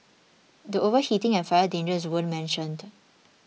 the overheating and fire dangers weren't mentioned